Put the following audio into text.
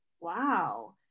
wow